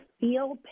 feel